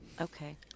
Okay